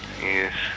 Yes